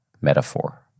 metaphor